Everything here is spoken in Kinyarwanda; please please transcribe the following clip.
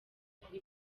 kuri